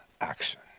action